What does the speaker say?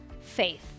faith